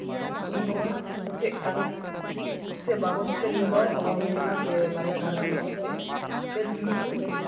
ᱠᱚ ᱠᱩᱞᱤ ᱠᱚᱣᱟ ᱪᱮᱫ ᱠᱟᱨᱚᱱ ᱪᱮᱫ ᱵᱟᱵᱚᱫ ᱛᱮ ᱱᱤᱭᱟᱹ ᱫᱚ ᱦᱚᱦᱚ ᱦᱩᱭ ᱟᱠᱟᱱᱟ ᱥᱮ ᱵᱟᱨᱭᱟ ᱜᱷᱟᱨᱚᱸᱡᱽ ᱨᱮᱱ ᱦᱚᱲ ᱪᱮᱫ ᱞᱟᱹᱜᱤᱫ ᱠᱚ